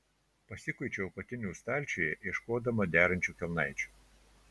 pasikuičiau apatinių stalčiuje ieškodama derančių kelnaičių